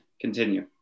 continue